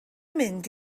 mynd